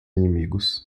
inimigos